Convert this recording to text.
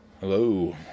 Hello